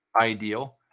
ideal